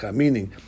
meaning